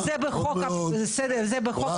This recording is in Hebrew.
וזה בחוק העונשין.